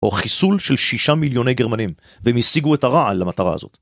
או חיסול של שישה מיליוני גרמנים, והם השיגו את הרע על המטרה הזאת.